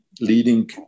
leading